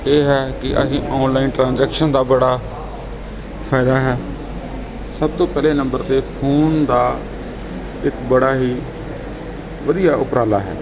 ਇਹ ਹੈ ਕਿ ਅਸੀਂ ਆਨਲਾਈਨ ਟ੍ਰਾਂਜੈਕਸ਼ਨ ਦਾ ਬੜਾ ਫਾਇਦਾ ਹੈ ਸਭ ਤੋਂ ਪਹਿਲੇ ਨੰਬਰ 'ਤੇ ਫੋਨ ਦਾ ਇੱਕ ਬੜਾ ਹੀ ਵਧੀਆ ਉਪਰਾਲਾ ਹੈ